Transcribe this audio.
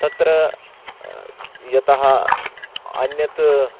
तत्र यतः अन्यत्